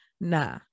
Nah